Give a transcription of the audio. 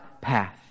path